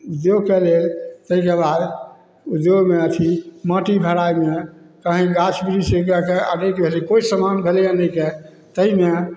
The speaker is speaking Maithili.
उद्योगके लेल ताहिके बाद उद्योगमे अथी माटि भराइमे कहीँ गाछ बिरिछकेँ आनैके कोइ समान भेलै आनैके ताहिमे